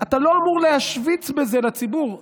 אתה לא אמור להשוויץ בזה לציבור.